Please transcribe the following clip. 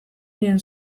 diren